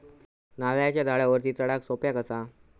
नारळाच्या झाडावरती चडाक सोप्या कसा?